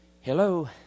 Hello